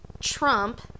Trump